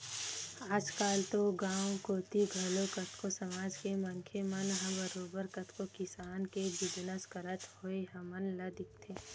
आजकल तो गाँव कोती घलो कतको समाज के मनखे मन ह बरोबर कतको किसम के बिजनस करत होय हमन ल दिखथे